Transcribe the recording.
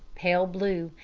pale blue,